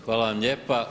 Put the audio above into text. Hvala vam lijepa.